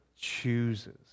chooses